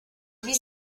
wie